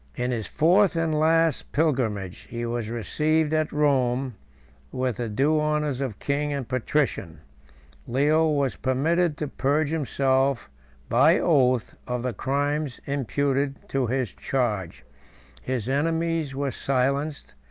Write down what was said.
in his fourth and last pilgrimage, he was received at rome with the due honors of king and patrician leo was permitted to purge himself by oath of the crimes imputed to his charge his enemies were silenced,